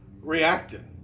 reacted